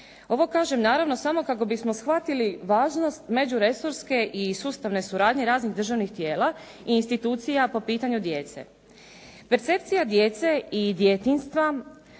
Ovo kažem naravno kako bismo shvatili važnost međuresorske i sustavne suradnje raznih državnih tijela i institucija po pitanju djece. Percepcija djece i djetinjstva